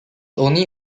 only